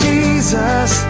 Jesus